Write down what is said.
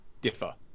differ